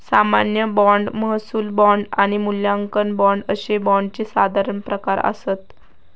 सामान्य बाँड, महसूल बाँड आणि मूल्यांकन बाँड अशे बाँडचे साधारण प्रकार आसत